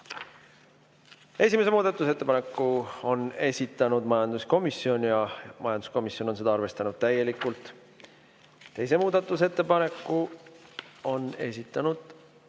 Esimese muudatusettepaneku on esitanud majanduskomisjon ja majanduskomisjon on seda arvestanud täielikult. Teise muudatusettepaneku on esitanud